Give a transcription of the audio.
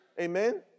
Amen